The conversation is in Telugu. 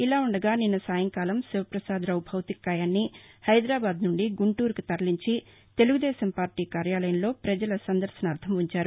ఇలావుండగానిన్న సాయంకాలం శివ పసాదరావు భౌతిక కాయాన్ని హైదరాబాద్ నుండి గుంటూరుకు తరలించి తెలుగుదేశం పార్టీ కార్యాలయంలో ప్రపజల సందర్శనార్థం ఉంచారు